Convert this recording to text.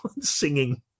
singing